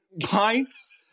pints